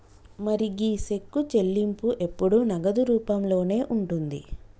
మరి గీ సెక్కు చెల్లింపు ఎప్పుడు నగదు రూపంలోనే ఉంటుంది